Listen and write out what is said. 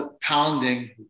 pounding